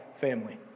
family